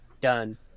Done